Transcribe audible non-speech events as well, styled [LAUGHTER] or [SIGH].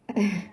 [NOISE]